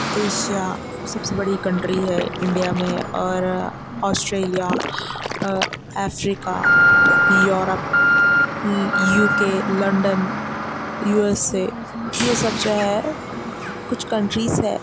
Asia سب سے بڑی کنٹری ہے انڈیا میں اور Australia Africa Europe U K London U S A یہ سب جو ہے کچھ کنٹریز ہیں